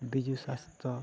ᱵᱤᱡᱩ ᱥᱟᱥᱛᱷᱚ